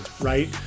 right